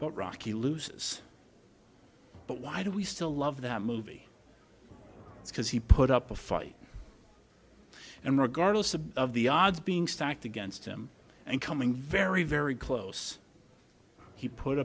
but rocky loses but why do we still love that movie because he put up a fight and regardless of the odds being stacked against him and coming very very close he put